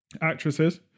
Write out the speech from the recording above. actresses